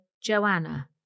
Joanna